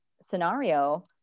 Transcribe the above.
scenario